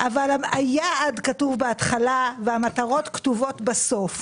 היעד כתוב בהתחלה והמטרות כתובות בסוף.